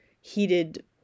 heated